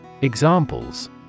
Examples